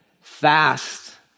fast